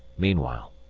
meanwhile,